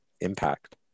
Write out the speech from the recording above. impact